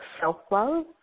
self-love